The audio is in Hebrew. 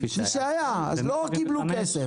אז לא קיבלו כסף.